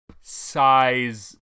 size